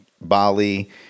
Bali